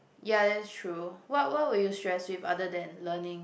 ya that's true what what were you stressed with other than learning